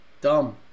dumb